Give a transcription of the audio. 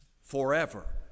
forever